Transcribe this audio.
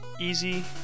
easy